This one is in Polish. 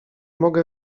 mogę